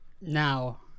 Now